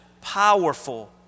powerful